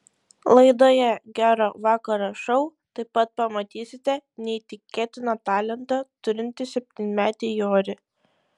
laidoje gero vakaro šou taip pat pamatysite neįtikėtiną talentą turintį septynmetį jorį